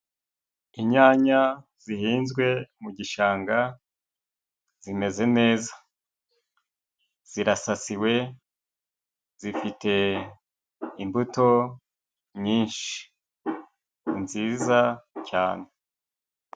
Inyanya zihinzwe mu gishanga zimeze neza. Zirasasiwe zifite imbuto nyinshi nziza cyane.